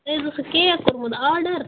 تُہۍ حظ اوسوٕ کیک کوٚرمُت آرڈَر